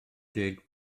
deg